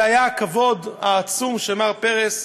זה היה הכבוד העצום של מר פרס,